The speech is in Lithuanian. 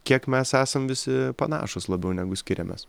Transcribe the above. kiek mes esam visi panašūs labiau negu skiriamės